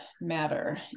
matter